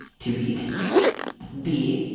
to beat b.